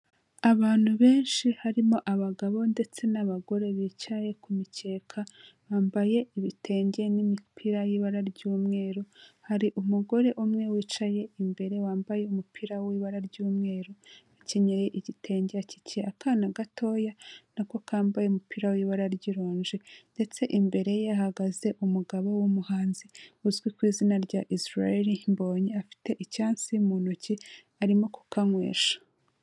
Abantu benshi harimo abagabo ndetse n'abagore bicaye ku mikeka, bambaye ibitenge n'imipira y'ibara ry'umweru, hari umugore umwe wicaye imbere wambaye umupira w'ibara ry'umweru, akenyeye igitenge akikiye akana gatoya, na ko kambaye umupira w'ibara ry'ironji ndetse imbere ye, hahagaze umugabo w'umuhanzi, uzwi ku izina rya Izirayeri Mbonyi, afite icyansi mu ntoki arimo kukanywesha.